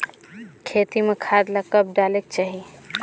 खेती म खाद ला कब डालेक चाही?